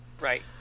right